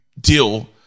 deal